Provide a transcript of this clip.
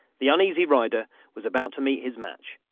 the uneasy rider was about to meet his match.